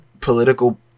political